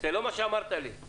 זה לא מה שאמרת לי.